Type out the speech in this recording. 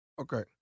Okay